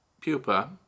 pupa